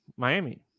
Miami